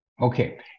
Okay